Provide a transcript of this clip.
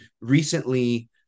Recently